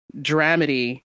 dramedy